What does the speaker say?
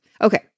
Okay